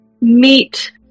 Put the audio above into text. meet